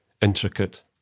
intricate